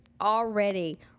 already